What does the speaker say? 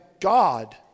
God